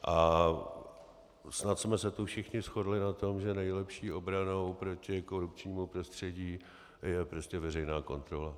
A snad jsme se tu všichni shodli na tom, že nejlepší obranou proti korupčnímu prostředí je prostě veřejná kontrola.